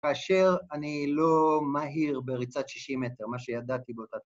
כאשר אני לא מהיר בריצת 60 מטר, מה שידעתי באותה...